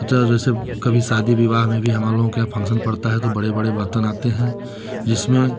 अच्छा जैसे कभी शादी विवाह में भी हमारे लोगों के यहाँ फन्क्शन पड़ता है तो बड़े बड़े बर्तन आते हैं जिसमें